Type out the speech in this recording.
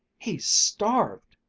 he's starved!